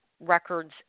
records